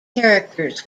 characters